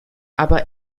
aber